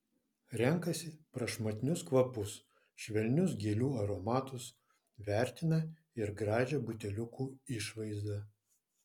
renkasi prašmatnius kvapus švelnius gėlių aromatus vertina ir gražią buteliukų išvaizdą